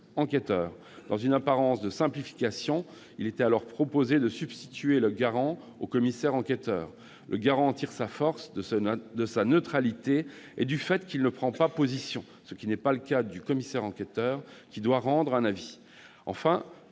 enquêteur. Dans une apparence de simplification, il était proposé de substituer le garant au commissaire enquêteur. Or le garant tire sa force de sa neutralité et du fait qu'il ne prend pas position, ce qui n'est pas le cas du commissaire enquêteur, qui doit rendre un avis. Enfin,